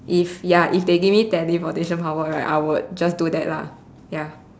if ya if they give me teleportation power right I would just do that lah ya